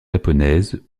japonaise